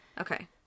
Okay